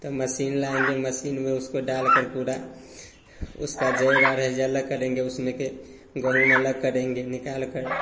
तब मसीन लाएँगे मसीन में उसको डालकर पूरा उसका जेर रेजा अलग करेंगे उसमें के गेहूँ अलग करेंगे निकालकर